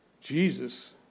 Jesus